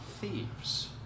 thieves